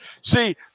See